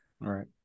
Right